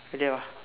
okay lah